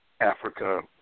Africa